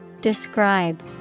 Describe